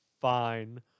fine